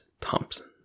Thompson